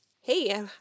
hey